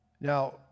Now